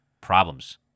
problems